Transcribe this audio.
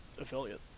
affiliate